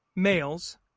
Males